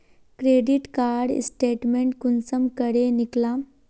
Credit card statement कुंसम करे निकलाम?